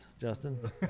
Justin